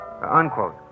Unquote